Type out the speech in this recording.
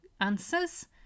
answers